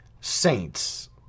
saints